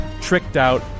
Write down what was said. tricked-out